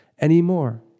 anymore